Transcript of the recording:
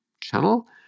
channel